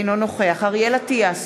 אינו נוכח אריאל אטיאס,